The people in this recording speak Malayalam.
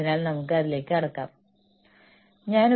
ഇനി നമുക്ക് ഇവിടെ ചില കാര്യങ്ങൾ വീണ്ടും പരിശോധിക്കാം